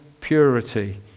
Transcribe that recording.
purity